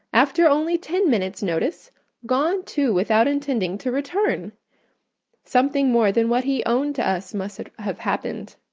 after only ten minutes notice gone too without intending to return something more than what he owned to us must have happened.